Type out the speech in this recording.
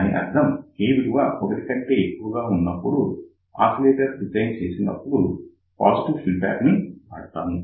దాని అర్థం K విలువ 1 కంటే ఎక్కువగా ఉన్నప్పుడు ఆసిలేటర్ డిజైన్ చేసేటప్పుడు పాజిటివ్ ఫీడ్బ్యాక్ వాడతాము